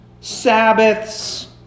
Sabbaths